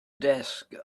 desk